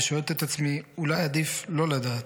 ושואלת את עצמי אולי עדיף לא לדעת.